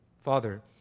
Father